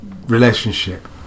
relationship